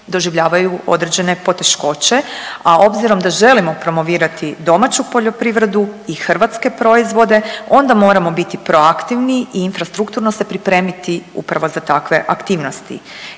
doživljavaju određene poteškoće, a obzirom da želimo promovirati domaću poljoprivredu i hrvatske proizvode onda moramo biti proaktivni i infrastrukturno se pripremiti upravo za takve aktivnosti.